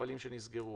מפעלים שנסגרו.